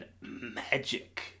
magic